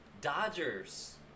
Dodgers